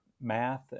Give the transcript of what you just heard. math